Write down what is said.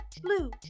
Blue